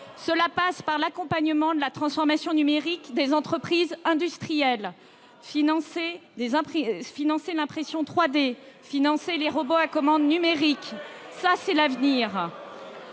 cela passe par l'accompagnement de la transformation numérique des entreprises industrielles. Financer l'impression 3D ou encore les robots à commande numérique, c'est préparer